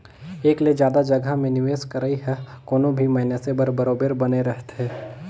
एक ले जादा जगहा में निवेस करई ह कोनो भी मइनसे बर बरोबेर बने रहथे